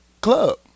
club